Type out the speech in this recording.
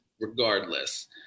regardless